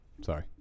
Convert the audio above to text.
sorry